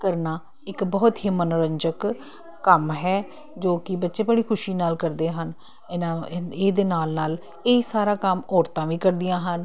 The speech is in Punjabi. ਕਰਨਾ ਇੱਕ ਬਹੁਤ ਹੀ ਮਨੋਰੰਜਕ ਕੰਮ ਹੈ ਜੋ ਕਿ ਬੱਚੇ ਬੜੀ ਖੁਸ਼ੀ ਨਾਲ ਕਰਦੇ ਹਨ ਇਹਨਾ ਇਹਦੇ ਨਾਲ ਨਾਲ ਇਹ ਸਾਰਾ ਕੰਮ ਔਰਤਾਂ ਵੀ ਕਰਦੀਆਂ ਹਨ